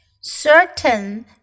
Certain